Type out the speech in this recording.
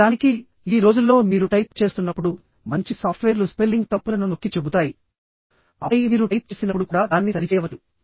నిజానికి ఈ రోజుల్లో మీరు టైప్ చేస్తున్నప్పుడు మంచి సాఫ్ట్వేర్లు స్పెల్లింగ్ తప్పులను నొక్కి చెబుతాయి ఆపై మీరు టైప్ చేసినప్పుడు కూడా దాన్ని సరిచేయవచ్చు